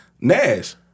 Nash